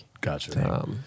Gotcha